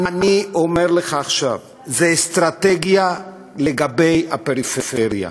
אני אומר לך עכשיו: זאת אסטרטגיה לגבי הפריפריה.